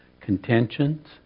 contentions